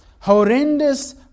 Horrendous